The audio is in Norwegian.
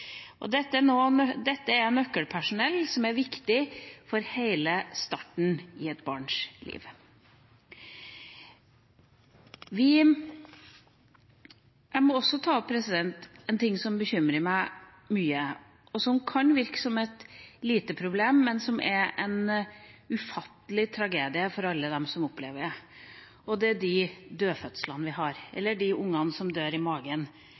omsorgen. Dette er nøkkelpersonell som er viktig for starten i et barns liv. Jeg må også ta opp en ting som bekymrer meg mye, og som kan virke som et lite problem, men som er en ufattelig tragedie for alle dem som opplever det. Det gjelder de dødfødslene vi har, de ungene som dør i magen